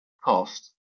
cost